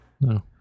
No